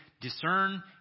discern